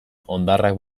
hondarrak